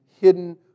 hidden